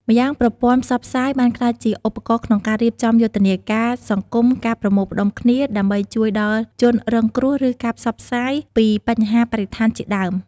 ម្យ៉ាងប្រព័ន្ធផ្សព្វផ្សាយបានក្លាយជាឧបករណ៍ក្នុងការរៀបចំយុទ្ធនាការសង្គមការប្រមូលផ្តុំគ្នាដើម្បីជួយដល់ជនរងគ្រោះឬការផ្សព្វផ្សាយពីបញ្ហាបរិស្ថានជាដើម។